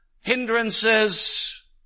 hindrances